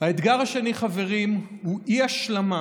האתגר השני, חברים, הוא אי-השלמה